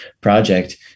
project